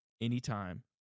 anytime